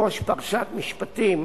בראש פרשת משפטים,